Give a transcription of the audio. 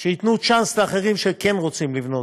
שייתנו צ'אנס לאחרים שכן רוצים לבנות.